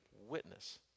witness